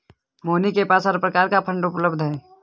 मोहिनी के पास हर प्रकार की फ़ंड उपलब्ध है